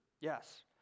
yes